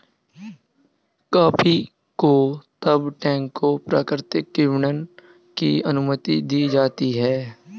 coffee को तब टैंकों प्राकृतिक किण्वन की अनुमति दी जाती है